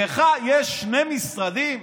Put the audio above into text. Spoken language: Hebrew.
לך יש שני משרדים?